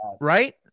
Right